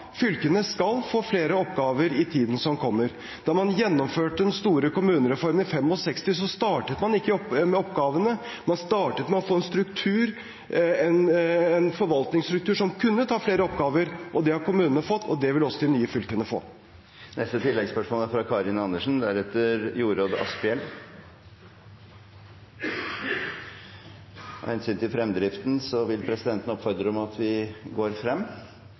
fylkene skal få flere oppgaver i tiden som kommer. Da man gjennomførte den store kommunereformen i 1965, startet man ikke med oppgavene, man startet med å få en forvaltningsstruktur som kunne ta flere oppgaver. Det har kommunene fått, og det vil også de nye fylkene få. Karin Andersen – til oppfølgingsspørsmål. Det har vært helt klart hele veien at verken Høyre eller Fremskrittspartiet ønsker det andre forvaltningsleddet, altså fylkeskommunene. Det gjentok til